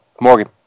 Morgan